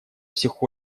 всех